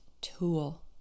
tool